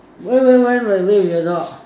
why why why run away with a dog